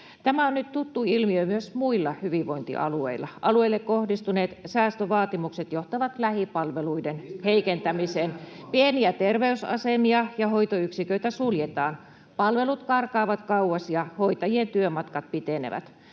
Tämä on nyt tuttu ilmiö myös muilla hyvinvointialueilla. Alueille kohdistuneet säästövaatimukset johtavat lähipalveluiden heikentämiseen. [Ben Zyskowicz: Mistä ne säästövaatimukset tulee?] Pieniä terveysasemia ja hoitoyksiköitä suljetaan. Palvelut karkaavat kauas, ja hoitajien työmatkat pitenevät.